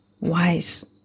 wise